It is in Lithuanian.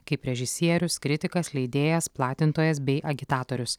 kaip režisierius kritikas leidėjas platintojas bei agitatorius